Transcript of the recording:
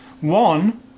One